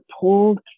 pulled